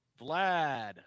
Vlad